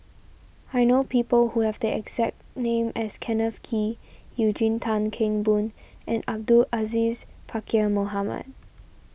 I know people who have the exact name as Kenneth Kee Eugene Tan Kheng Boon and Abdul Aziz Pakkeer Mohamed